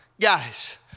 guys